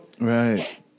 right